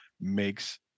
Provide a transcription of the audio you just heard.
makes